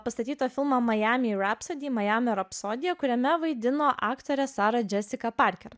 pastatytą filmą majamio rapsodija kuriame vaidino aktorė sara džesika parker